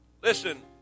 listen